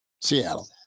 Seattle